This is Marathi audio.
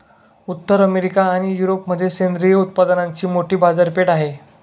उत्तर अमेरिका आणि युरोपमध्ये सेंद्रिय उत्पादनांची मोठी बाजारपेठ आहे